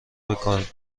بکار